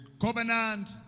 covenant